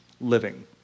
living